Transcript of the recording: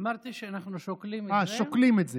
אמרתי שאנחנו שוקלים את זה, אה, שוקלים את זה.